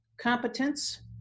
competence